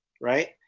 right